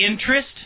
interest